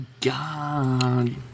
God